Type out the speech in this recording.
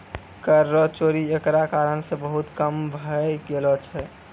कर रो चोरी एकरा कारण से बहुत कम भै गेलो छै